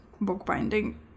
bookbinding